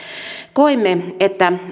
koimme että